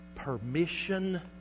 permission